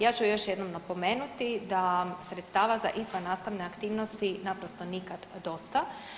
Ja ću još jednom napomenuti da sredstava za izvannastavne aktivnosti naprosto nikad dosta.